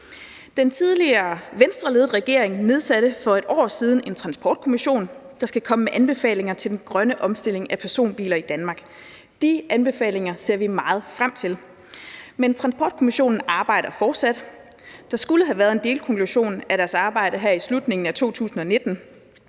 Den tidligere Venstreledede regering nedsatte for et år siden en transportkommission, der skulle komme med anbefalinger til den grønne omstilling af personbiler i Danmark. De anbefalinger ser vi meget frem til, men transportkommissionen arbejder fortsat. Der skulle have været en delkonklusion på deres arbejde her i slutningen af 2019.